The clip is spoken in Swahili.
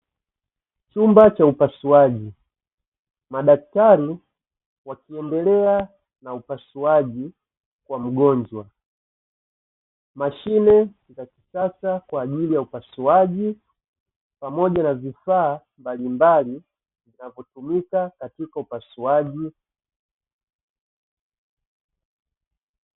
Chumba cha upasuaji madaktari wakiendelea na upasuaji wa mgonjwa mashine za kisasa kwa ajili ya upasuaji pamoja na vifaa mbalimbali vinavyotumika katika upasuaji.